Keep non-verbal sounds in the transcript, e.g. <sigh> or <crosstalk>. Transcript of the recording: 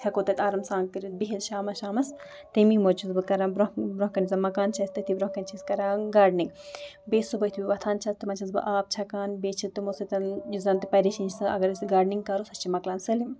ہٮ۪کو تَتہِ آرام سان کٔرِتھ بِہِتھ شامَس شامَس تَمی <unintelligible> چھَس بہٕ کَران برٛونٛہہ برٛونٛہہ کَنۍ زَن مَکان چھِ اَسہِ تٔتی برٛونٛہہ کَنۍ چھِ أسۍ کَران گاڈنِنٛگ بیٚیہِ صُبحٲے <unintelligible> وۄتھان چھَس تِمَن چھَس بہٕ آب چھَکان بیٚیہِ چھِ تِمو سۭتۍ یُس زَن تہٕ پریشٲنی <unintelligible> اَگر أسۍ گاڈنِنٛگ کَرو سۄ چھِ مَکلان سٲلِم